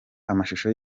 amashusho